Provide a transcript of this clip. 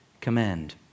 command